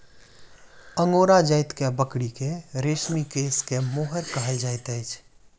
angora जाति के बकरी के रेशमी केश के मोहैर कहल जाइत अछि